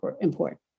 important